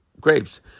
grapes